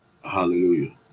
Hallelujah